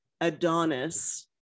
adonis